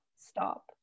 stop